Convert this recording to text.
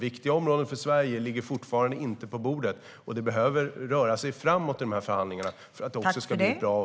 Viktiga områden för Sverige ligger fortfarande inte på bordet, och det behöver röra sig framåt i förhandlingarna för att det ska bli ett avtal.